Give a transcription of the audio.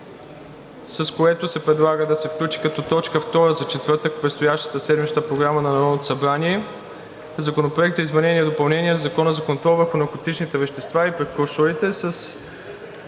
с което се предлага да се включи като точка втора за четвъртък в предстоящата седмична програма на Народното събрание – Законопроект за изменение и допълнение на Закона за контрол върху наркотичните вещества и прекурсорите,